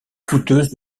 coûteuse